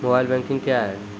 Mobile banking क्या हैं?